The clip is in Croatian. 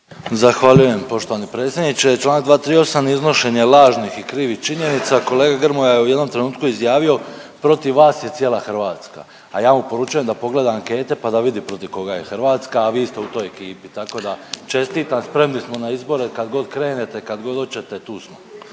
Zahvaljujem poštovani predsjedniče. Članak 238. iznošenje lažnih i krivih činjenica. Kolega Grmoja je u jednom trenutku izjavio protiv vas je cijela Hrvatska, a ja mu poručujem da pogleda ankete pa da vidi protiv koga je Hrvatska, a vi ste u toj ekipi, tako da čestitam, spremni smo na izbore kad god krenete, kad god hoćete tu smo.